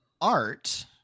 art